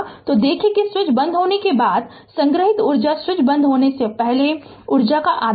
तो देखें कि स्विच बंद होने के बाद संग्रहीत ऊर्जा स्विच बंद होने से पहले उर्जा का आधा है